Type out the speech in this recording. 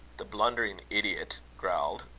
the blundering idiot! growled,